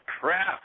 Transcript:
crap